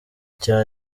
cya